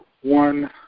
one